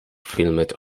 filmed